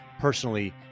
personally